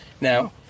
now